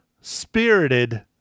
spirited